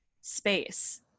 space